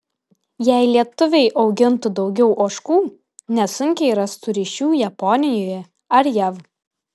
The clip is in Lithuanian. jei lietuviai augintų daugiau ožkų nesunkiai rastų ryšių japonijoje ar jav